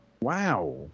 Wow